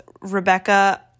Rebecca